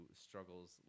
struggles